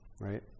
right